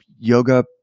Yoga